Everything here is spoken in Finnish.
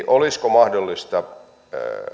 olisiko mahdollista